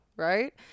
right